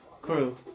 crew